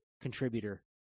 contributor